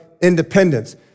independence